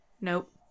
Nope